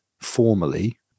formally